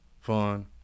fun